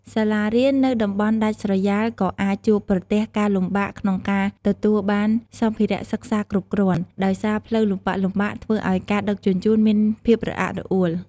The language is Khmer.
សាលារៀននៅតំបន់ដាច់ស្រយាលក៏អាចជួបប្រទះការលំបាកក្នុងការទទួលបានសម្ភារៈសិក្សាគ្រប់គ្រាន់ ដោយសារផ្លូវលំបាកៗធ្វើឱ្យការដឹកជញ្ជូនមានភាពរអាក់រអួល។